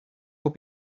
will